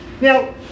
Now